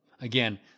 Again